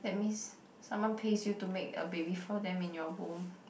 that means someone pays you to make a baby for them in your womb